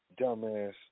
dumbass